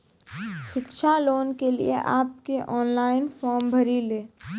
शिक्षा लोन के लिए आप के ऑनलाइन फॉर्म भरी ले?